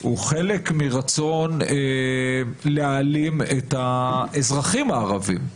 הוא חלק מרצון להעלים את האזרחים הערביים,